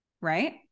right